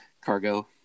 cargo